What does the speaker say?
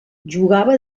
jugava